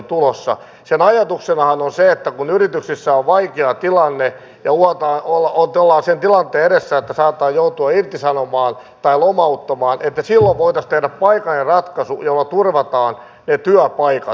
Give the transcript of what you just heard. sen ajatuksenahan on se että kun yrityksissä on vaikea tilanne ja ollaan sen tilanteen edessä että saatetaan joutua irtisanomaan tai lomauttamaan niin silloin voitaisiin tehdä paikallinen ratkaisu jolla turvataan ne työpaikat